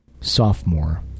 sophomore